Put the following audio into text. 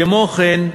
כמו כן,